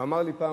ואמר לי פעם,